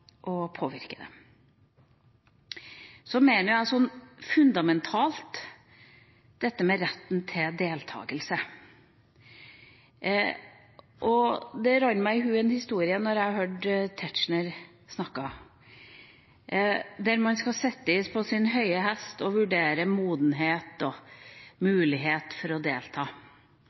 Så mener jeg også det er fundamentalt dette med retten til deltakelse. Og det rant meg i hu en historie da jeg hørte Tetzschner snakke, at man skal sitte på sin høye hest og vurdere modenhet og mulighet for å delta: